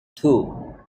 two